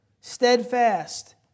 steadfast